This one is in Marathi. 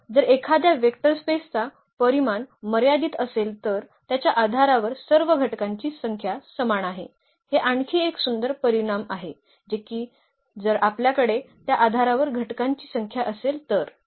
तर जर एखाद्या वेक्टर स्पेसचा परिमाण मर्यादित असेल तर त्याच्या आधारावर सर्व घटकांची संख्या समान आहे हे आणखी एक सुंदर परिणाम आहे की जर आपल्याकडे त्या आधारावर घटकांची संख्या असेल तर